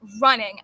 running